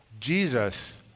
Jesus